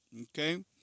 okay